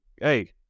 hey